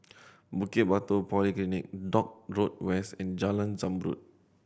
Bukit Batok Polyclinic Dock Road West and Jalan Zamrud